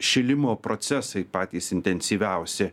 šilimo procesai patys intensyviausi